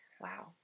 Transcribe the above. Wow